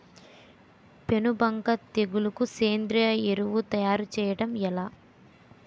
పేను బంక తెగులుకు సేంద్రీయ ఎరువు తయారు చేయడం ఎలా?